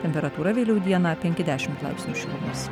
temperatūra vėliau dieną penki dešimt laipsnių šilumos